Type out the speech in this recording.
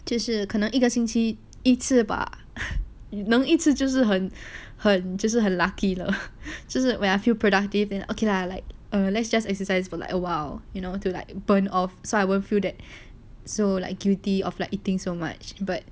就是可能一个星期一次吧能一直就是很很就是很 lucky lor 就是 where I feel productive and okay lah like err let's just exercise for like awhile you know to like burn off so I will feel that so like guilty of like eating so much but